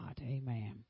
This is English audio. Amen